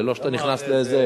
זה לא שאתה נכנס לאיזה,